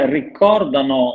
ricordano